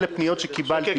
אלה פניות שקיבלתי.